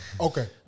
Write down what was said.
okay